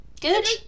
Good